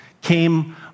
came